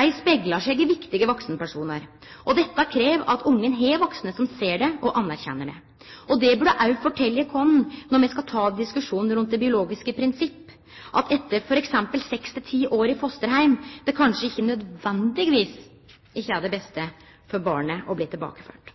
Dei speglar seg i viktige vaksenpersonar. Dette krev at barnet har vaksne som ser det og anerkjenner det. Dette burde òg fortelje oss når me skal ta diskusjonen rundt det biologiske prinsippet, at det etter f.eks. seks–ti år i fosterheim ikkje nødvendigvis er det beste for barnet å bli tilbakeført.